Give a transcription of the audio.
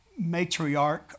matriarch